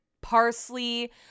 parsley